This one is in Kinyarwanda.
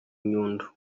nyundo